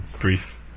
brief